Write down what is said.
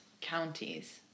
counties